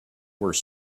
were